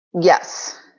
Yes